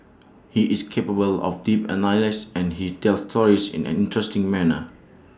he is capable of deep analysis and he tells stories in an interesting manner